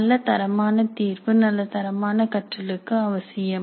நல்ல தரமான தீர்வு நல்ல தரமான கற்றலுக்கு அவசியம்